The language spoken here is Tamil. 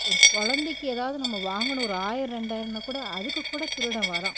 ஒரு கொழந்தைக்கி எதாவது நம்ம வாங்கணும் ஒரு ஆயிரம் ரெண்டாயிரம்னால் கூட அதுக்கு கூட திருடன் வரான்